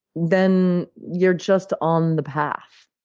then you're just on the path.